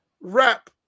rap